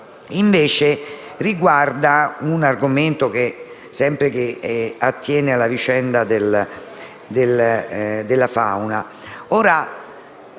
5.106 riguarda un argomento che attiene alla vicenda della fauna,